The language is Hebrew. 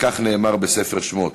וכך נאמר בספר שמות: